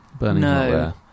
No